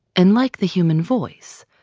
and like the human voice,